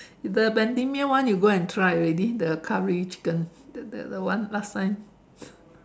the Bendemeer one you go and try already the curry chicken the the one last time